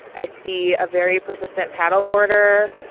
i see a very persistent paddle boarder.